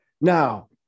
Now